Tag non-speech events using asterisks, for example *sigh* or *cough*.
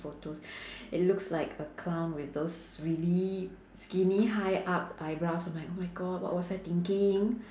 photos *breath* it looks like a clown with those really skinny high up eyebrows I'm like oh my god what was I thinking